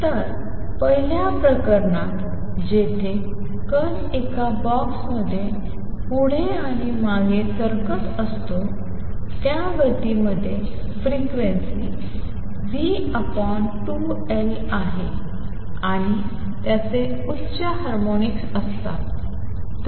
तर पहिल्या प्रकरणात जिथे कण एका बॉक्समध्ये पुढे आणि मागे सरकत असतो त्या गतीमध्ये फ्रिक्वेन्सी v2L आहे आणि त्याचे उच्च हार्मोनिक्स असतात